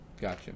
Gotcha